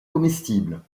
comestible